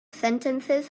sentences